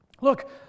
Look